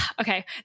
okay